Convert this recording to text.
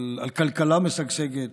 על כלכלה משגשגת